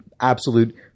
absolute